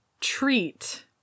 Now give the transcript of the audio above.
treat